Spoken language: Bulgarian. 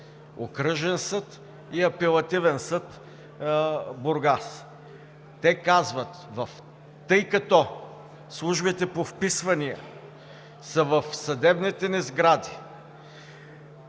Окръжен съд и Апелативен съд – Бургас. Те казват: „Тъй като службите по вписвания са в съдебните ни сгради,